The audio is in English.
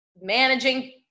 managing